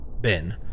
Ben